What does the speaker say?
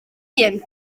hun